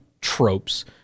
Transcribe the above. tropes